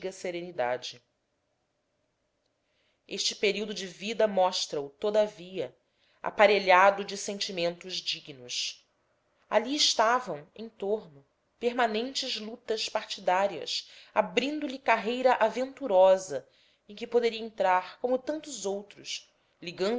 serenidade este período de vida mostra o todavia aparelhado de sentimentos dignos ali estavam em torno permanentes lutas partidárias abrindo lhe carreira aventurosa em que poderia entrar como tantos outros ligando se